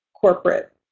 corporate